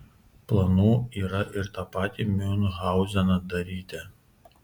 planų yra ir tą patį miunchauzeną daryti